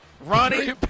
Ronnie